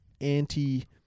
anti